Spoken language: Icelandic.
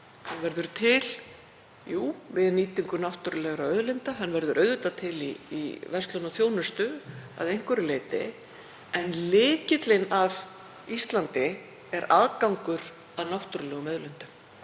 Hann verður til við nýtingu náttúrulegra auðlinda, hann verður auðvitað til í verslun og þjónustu að einhverju leyti, en lykillinn að Íslandi er aðgangur að náttúrulegum auðlindum,